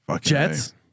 Jets